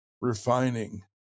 refining